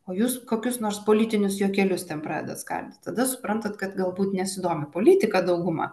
o jūs kokius nors politinius juokelius ten pradedat skaldyt tada suprantat kad galbūt nesidomi politika dauguma